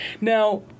Now